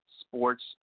sports